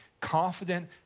confident